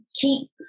keep